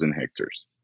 hectares